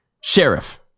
Sheriff